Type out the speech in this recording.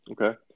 Okay